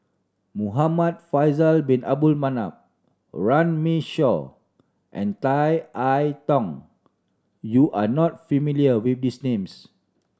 Muhamad Faisal Bin Abdul Manap Runme Shaw and Tan I Tong you are not familiar with these names